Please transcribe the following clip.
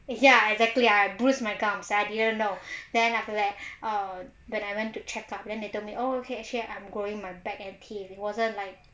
ya exactly I bruised my gum so I didn't know then after err when I went to check up then they told me all okay actually I'm going my back end teeth it wasn't like